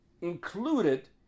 included